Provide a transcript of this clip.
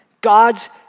God's